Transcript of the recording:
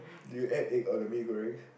do you add egg on the mee-goreng